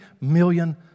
million